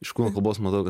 iš kūno kalbos matau kad